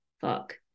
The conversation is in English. fuck